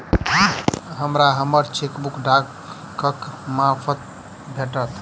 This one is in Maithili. हमरा हम्मर चेकबुक डाकक मार्फत भेटल